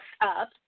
up